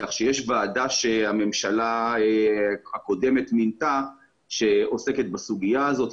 כך שיש ועדה שהממשלה הקודמת מינתה והיא עוסקת סוגיה הזאת.